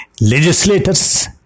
legislators